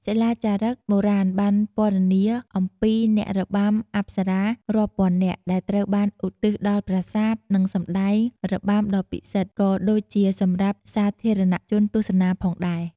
សិលាចារឹកបុរាណបានពណ៌នាអំពីអ្នករបាំអប្សរារាប់ពាន់នាក់ ដែលត្រូវបានឧទ្ទិសដល់ប្រាសាទ និងសម្តែងរបាំដ៏ពិសិដ្ឋ ក៏ដូចជាសម្រាប់សាធារណជនទស្សនាផងដែរ។